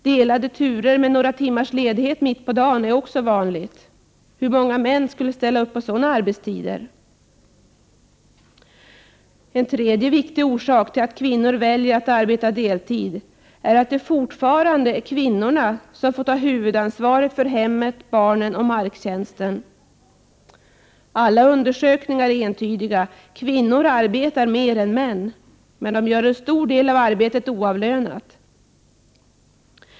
Delade turer med några timmars ledighet mitt på dagen är också vanligt. Hur många män skulle ställa upp på sådana arbetstider? En tredje viktig orsak till att kvinnor väljer att arbeta deltid är att det fortfarande är kvinnorna som får ta huvudansvaret för hemmet, barnen och marktjänsten. Alla undersökningar är entydiga. Kvinnor arbetar mer än män men de gör en stor del av arbetet oavlönat.